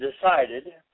decided